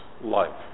life